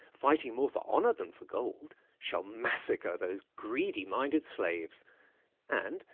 fighting more for honour than for gold, shall massacre those greedy-minded slaves and,